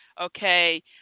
okay